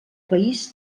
país